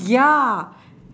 ya